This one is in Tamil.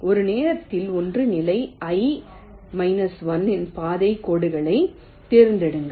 ஒரு நேரத்தில் ஒன்று நிலை 'i' 1 இன் பாதைக் கோடுகளைத் தேர்ந்தெடுங்கள்